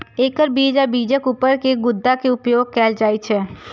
एकर बीज आ बीजक ऊपर के गुद्दा के उपयोग कैल जाइ छै